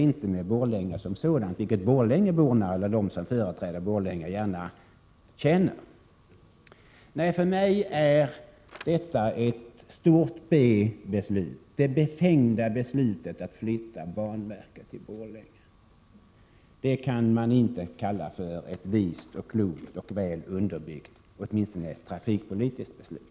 Däremot kan jag förstå att Borlängeborna eller de som företräder Borlänge kan känna det som en kritik, vilket det alltså inte är. För mig är detta ett B-beslut— det befängda beslutet att flytta banverket till Borlänge. Det kan man inte kalla ett vist, klokt och väl underbyggt beslut, åtminstone trafikpolitiskt sett.